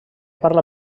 parla